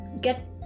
get